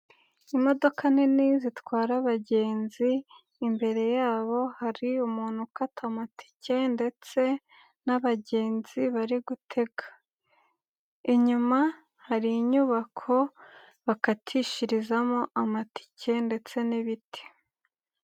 Imodoka nini zitwara abagenzi, imbere yabo hari umuntu ukata amatike ndetse n'abagenzi bari gutega, inyuma hari inyubako bakatishirizamo amatike ndetse n'ibiti.